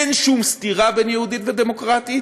אין שום סתירה בין יהודית לדמוקרטית,